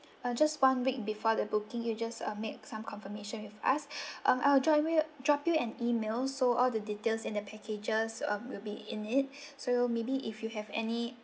uh just one week before the booking you just uh make some confirmation with us uh I'll drop you drop you an email so all the details in the packages um will be in it so maybe if you have any